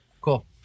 Cool